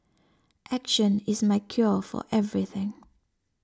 action is my cure for everything